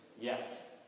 Yes